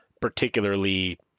particularly